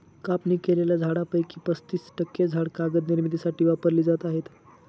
कापणी केलेल्या झाडांपैकी पस्तीस टक्के झाडे कागद निर्मितीसाठी वापरली जात आहेत